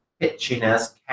pitchiness